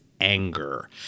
anger